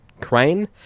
crane